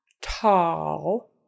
Tall